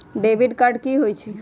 Debit card की होई?